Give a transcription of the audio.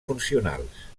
funcionals